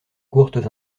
courtes